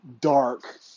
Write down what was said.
dark